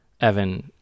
Evan